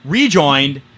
rejoined